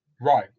right